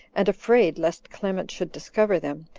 and afraid lest clement should discover them,